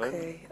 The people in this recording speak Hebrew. אוקיי.